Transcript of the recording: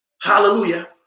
Hallelujah